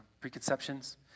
preconceptions